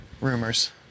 Rumors